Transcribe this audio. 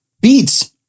beats